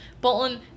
Bolton